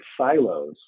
silos